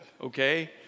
okay